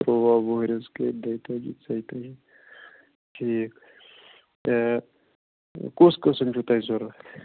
تٕروا وُہرِس کِیُتھ دۄہہِ تٲجی ژۄیہِ تٲجی ٹھیٖک تہٕ کُس قٕسٕم چھُو تۄہہِ ضوٚرتھ